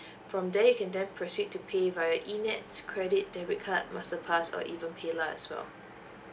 from there you can then proceed to pay via E nets credit debit card masterpass or even pay lah as well